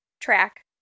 track